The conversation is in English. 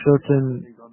certain